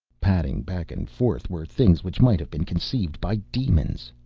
padding back and forth were things which might have been conceived by demons.